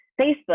Facebook